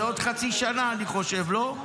זה עוד חצי שנה, אני חושב, לא?